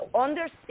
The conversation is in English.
understand